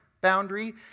boundary